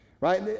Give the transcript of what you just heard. right